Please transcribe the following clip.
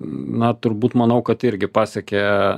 na turbūt manau kad irgi pasiekė